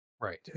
Right